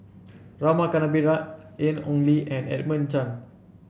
Rama Kannabiran Ian Ong Li and Edmund Chen